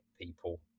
people